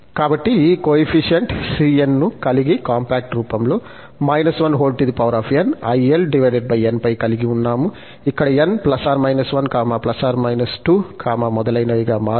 కాబట్టి ఈ coefficient cn ను చాలా కాంపాక్ట్ రూపంలో కలిగి ఉన్నాము ఇక్కడ n ±1±2 మొదలైనవి గా మారుతుంది